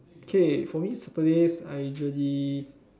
okay for me Saturdays I actually